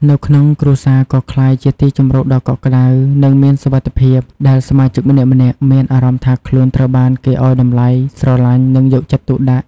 នៅក្នុង គ្រួសារក៏ក្លាយជាទីជម្រកដ៏កក់ក្តៅ និងមានសុវត្ថិភាព ដែលសមាជិកម្នាក់ៗមានអារម្មណ៍ថាខ្លួនត្រូវបានគេឲ្យតម្លៃ ស្រឡាញ់ និងយកចិត្តទុកដាក់។